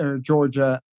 Georgia